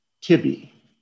Tibby